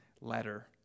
letter